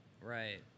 Right